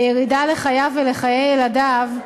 בירידה לחייו ולחיי ילדיו,